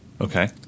Okay